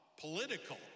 political